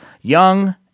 Young